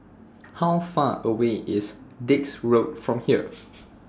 How Far away IS Dix Road from here